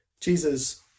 Jesus